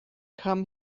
come